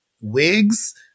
wigs